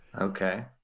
Okay